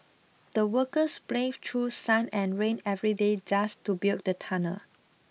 the workers braved through sun and rain every day just to build the tunnel